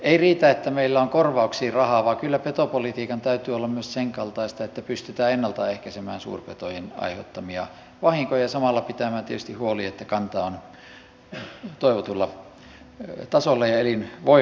ei riitä että meillä on korvauksiin rahaa vaan kyllä petopolitiikan täytyy olla myös sen kaltaista että pystytään ennalta ehkäisemään suurpetojen aiheuttamia vahinkoja ja samalla pitämään tietysti huoli että kanta on toivotulla tasolla ja elinvoimainen